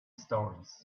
stories